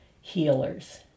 healers